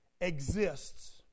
exists